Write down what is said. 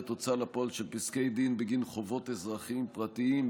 הוצאה לפועל של פסקי דין בגין חובות אזרחיים פרטיים,